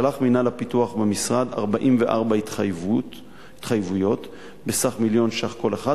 שלח מינהל הפיתוח במשרד 44 התחייבויות בסך 1 מיליון שקלים כל אחת,